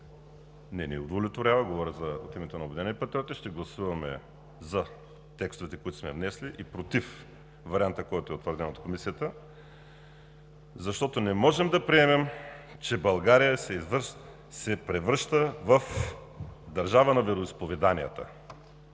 не ни удовлетворява – говоря от името на „Обединени патриоти“. Ще гласуваме „за“ текстовете, които сме внесли, и „против“ варианта, който е утвърден от Комисията, защото не можем да приемем, че България се превръща в държава на вероизповеданията.